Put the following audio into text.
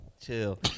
Chill